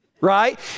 right